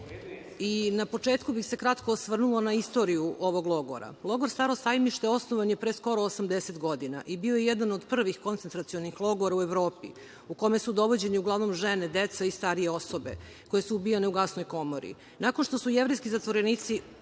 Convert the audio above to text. i na početku bih se kratko osvrnula na istoriju ovog logora. Logor „Staro sajmište“ osnovan je pre skoro 80 godina i bio je jedan od prvih koncentracionih logora u Evropi u kome su dovođeni uglavnom žene, deca i starije osobe koje su ubijane u gasnoj komori. Nakon što su jevrejski zatvorenici